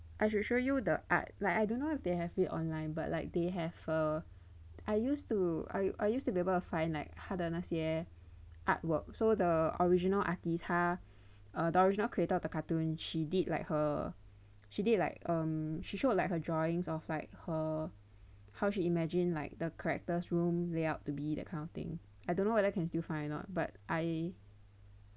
actually I should show you the art like I don't know if they have it online but like they have a I used to I used to be able to find like 他的那些 artwork so the original artist 他 the original creator of the cartoon she did like her she did like um she showed like her drawings of like her how she imagine like the characters' room layout to be that kind of thing I don't know whether can still find or not but I